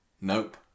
Nope